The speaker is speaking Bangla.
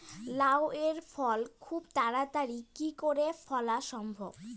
লাউ এর ফল খুব তাড়াতাড়ি কি করে ফলা সম্ভব?